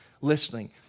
listening